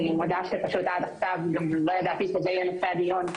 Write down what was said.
אני מודה שעד עכשיו פשוט לא ידעתי שזה יהיה נושא הדיון,